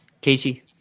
Casey